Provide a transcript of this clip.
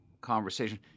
conversation